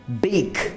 big